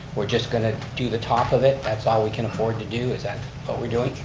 we're just going to do the top of it, that's all we can afford to do, is that what we're doing?